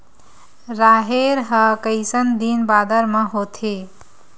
राहेर ह कइसन दिन बादर म होथे?